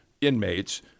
inmates